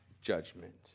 judgment